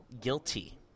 guilty